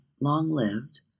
long-lived